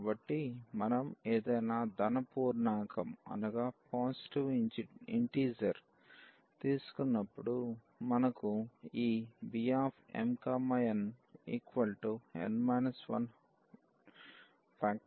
కాబట్టి మనం ఏదైనా ధన పూర్ణాంకం తీసుకున్నప్పుడు మనకు ఈ Bmnn 1